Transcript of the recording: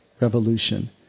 revolution